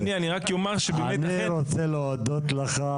אם אנחנו לא רוצים לטבוע בזבל ורוצים לטפל,